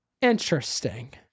Interesting